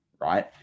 right